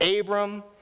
Abram